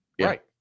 Right